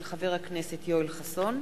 מאת חבר הכנסת יואל חסון,